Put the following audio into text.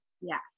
Yes